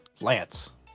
Lance